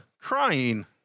crying